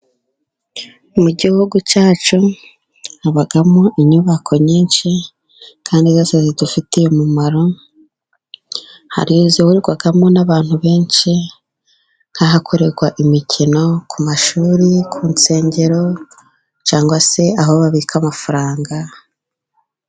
Mu gihugu cyacu habamo inyubako nyinshi, kandi zose zidufitiye umumaro, hari izihurirwamo n'abantu benshi, nk'ahakorerwa imikino, ku mashuri, ku nsengero, cyangwa se aho babika amafaranga,..